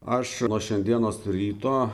aš nuo šiandienos ryto